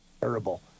Terrible